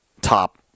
top